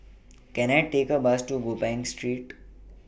Can I Take A Bus to Gopeng Street